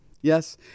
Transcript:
Yes